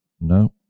no